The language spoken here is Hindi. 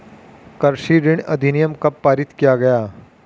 कृषि ऋण अधिनियम कब पारित किया गया?